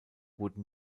wurden